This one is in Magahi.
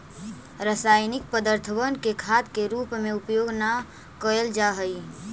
रासायनिक पदर्थबन के खाद के रूप में उपयोग न कयल जा हई